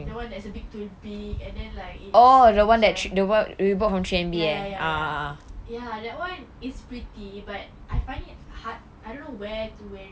the one that's a bit too big and then like it all jam ya ya ya ya ya that one is pretty but I find it hard I don't know where to wear